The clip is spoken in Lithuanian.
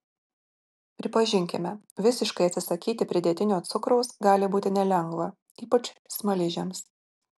pripažinkime visiškai atsisakyti pridėtinio cukraus gali būti nelengva ypač smaližiams